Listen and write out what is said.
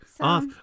off